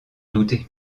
douter